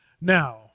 now